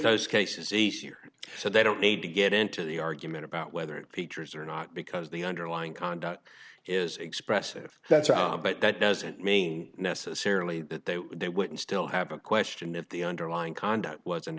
those cases each year so they don't need to get into the argument about whether it features or not because the underlying conduct is expressive that's right but that doesn't mean necessarily that they they wouldn't still have a question if the underlying conduct was